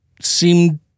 seem –